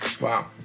Wow